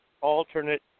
alternate